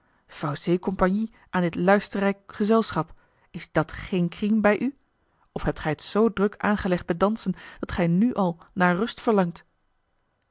fausser compagnie aan dit luisterrijk gezelschap is dat geene crime bij u of hebt gij het zoo druk aangelegd met dansen dat gij nu al naar rust verlangt